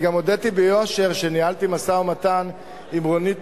אני גם הודיתי ביושר שניהלתי משא-ומתן עם רונית